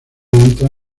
entra